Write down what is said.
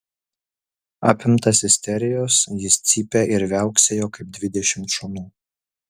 apimtas isterijos jis cypė ir viauksėjo kaip dvidešimt šunų